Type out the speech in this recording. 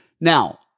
Now